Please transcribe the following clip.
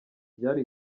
ryari